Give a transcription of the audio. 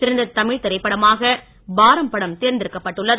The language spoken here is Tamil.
சிறந்த தமிழ் திரைப்படமாக பாரம் படம் தேர்ந்தெடுக்கப்பட்டு உள்ளது